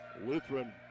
Lutheran